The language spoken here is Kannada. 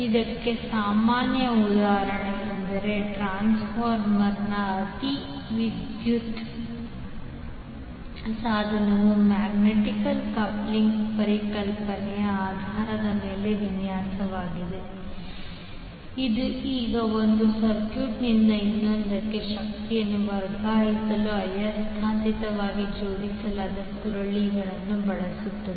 ಇದಕ್ಕೆ ಸಾಮಾನ್ಯ ಉದಾಹರಣೆಯೆಂದರೆ ಟ್ರಾನ್ಸ್ಫಾರ್ಮರ್ ಅಲ್ಲಿ ವಿದ್ಯುತ್ ಸಾಧನವು ಮ್ಯಾಗ್ನೆಟಿಕ್ ಕಪ್ಲಿಂಗ್ ಪರಿಕಲ್ಪನೆಯ ಆಧಾರದ ಮೇಲೆ ವಿನ್ಯಾಸವಾಗಿದೆ ಇದು ಈಗ ಒಂದು ಸರ್ಕ್ಯೂಟ್ನಿಂದ ಇನ್ನೊಂದಕ್ಕೆ ಶಕ್ತಿಯನ್ನು ವರ್ಗಾಯಿಸಲು ಆಯಸ್ಕಾಂತೀಯವಾಗಿ ಜೋಡಿಸಲಾದ ಸುರುಳಿಗಳನ್ನು ಬಳಸುತ್ತದೆ